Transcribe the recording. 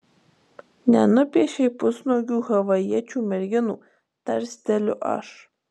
nenupiešei pusnuogių havajiečių merginų tarsteliu aš